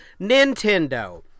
Nintendo